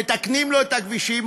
מתקנים לו את הכבישים,